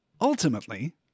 Ultimately